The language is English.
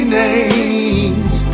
names